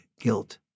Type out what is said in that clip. guilt